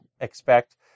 expect